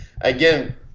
again